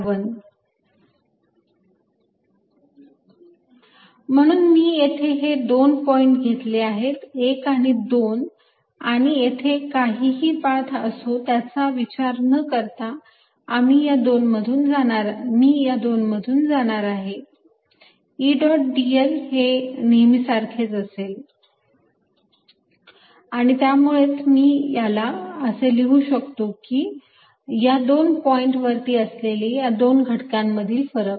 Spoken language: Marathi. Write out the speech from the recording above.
dl V2V1 Vr2V म्हणून मी येथे हे दोन पॉईंट घेतले आहेत 1 आणि 2 आणि येथे काहीही पाथ असो त्याचा विचार न करता मी या दोनमधून जाणार आहे E डॉट dl हे नेहमी सारखेच असेल आणि त्यामुळेच मी ह्याला असे लिहू शकतो की या दोन पॉईंट वरती असलेला या दोन घटकांमधील फरक